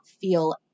feel